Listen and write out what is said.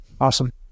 Awesome